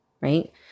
right